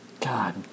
God